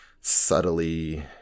subtly